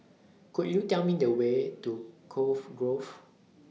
Could YOU Tell Me The Way to Cove Grove